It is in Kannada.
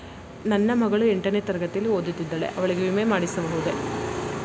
ನನ್ನ ಮಗಳು ಎಂಟನೇ ತರಗತಿಯಲ್ಲಿ ಓದುತ್ತಿದ್ದಾಳೆ ಅವಳಿಗೆ ವಿಮೆ ಮಾಡಿಸಬಹುದೇ?